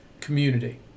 community